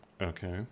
okay